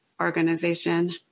organization